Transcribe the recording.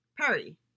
Perry